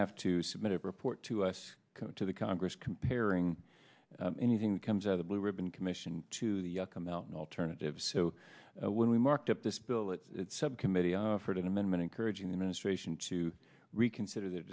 have to submit a report to us to the congress comparing anything that comes out the blue ribbon commission to the yucca mountain alternative so when we marked up this bill it subcommittee offered an amendment encouraging the ministration to reconsider their